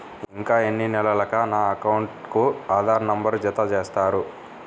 ఇంకా ఎన్ని నెలలక నా అకౌంట్కు ఆధార్ నంబర్ను జత చేస్తారు?